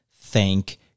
thank